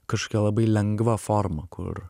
kažkokia labai lengva forma kur